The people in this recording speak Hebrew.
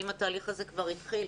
האם התהליך הזה כבר התחיל?